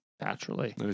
Naturally